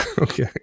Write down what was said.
okay